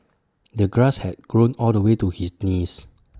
the grass had grown all the way to his knees